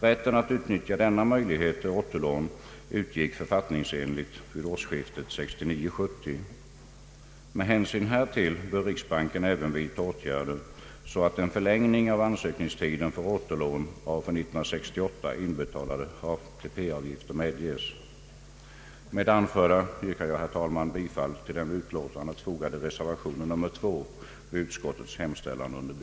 Rätten att utnyttja denna möjlighet till återlån utgick författningsenligt vid årsskiftet 1969/70. Med hänsyn härtill bör riksbanken även vidta åtgärder så att en förlängning av ansökningstiden för återlån av för 1968 inbetalade ATP-avgifter medges. Men det anförda yrkar jag, herr talman, bifall till den vid utlåtandet fogade reservationen 2 vid utskottets hemställan under B.